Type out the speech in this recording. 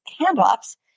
handoffs